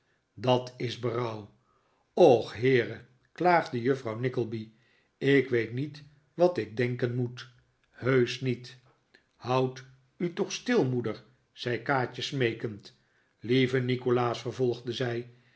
dat is berouw och heere klaagde juffrouw nickleby ik weet niet wat ik denken moet heusch niet houd u toch stil moeder zei kaatje smeekend lieve nikolaas vervolgde zij